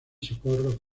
socorro